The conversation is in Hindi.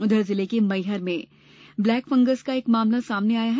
उधर जिले के मैहर में ब्लैक फंगस का एक मामला सामने सामने आया है